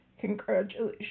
congratulations